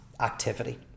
activity